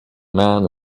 man